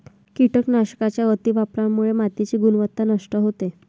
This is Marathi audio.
कीटकनाशकांच्या अतिवापरामुळे मातीची गुणवत्ता नष्ट होते